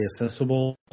accessible